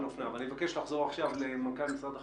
אני מבקש לחזור עכשיו למנכ"ל משרד החקלאות,